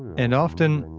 and often,